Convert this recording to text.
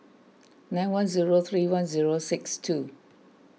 nine one zero three one zero six two